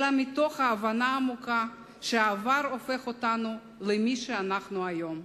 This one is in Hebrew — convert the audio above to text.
אלא מתוך ההבנה העמוקה שהעבר הופך אותנו למי שאנחנו היום.